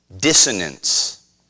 Dissonance